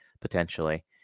potentially